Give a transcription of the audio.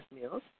meals